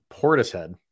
Portishead